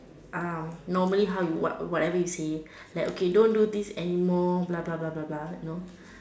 ́(uh) normally how you what whatever you say like okay don't do this anymore blah blah blah blah blah you know